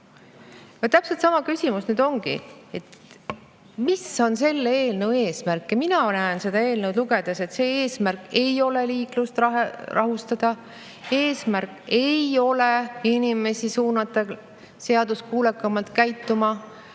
Täpselt sama küsimus on ka nüüd: mis on selle eelnõu eesmärk. Mina näen seda eelnõu lugedes, et eesmärk ei ole liiklust rahustada. Eesmärk ei ole inimesi suunata seaduskuulekamalt käituma,